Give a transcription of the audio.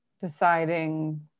deciding